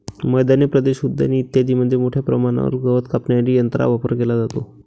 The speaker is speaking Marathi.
मैदानी प्रदेश, उद्याने इत्यादींमध्ये मोठ्या प्रमाणावर गवत कापण्यासाठी यंत्रांचा वापर केला जातो